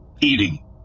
eating